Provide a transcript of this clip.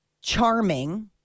charming